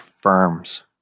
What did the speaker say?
firm's